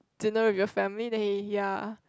dinner with your family then he ya